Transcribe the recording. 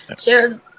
share